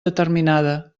determinada